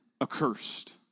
accursed